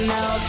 Now